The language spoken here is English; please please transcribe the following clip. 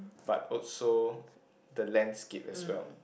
but also the landscape as well